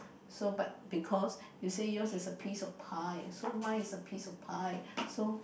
so but because you said yours is a piece of pie so mine is a piece of pie so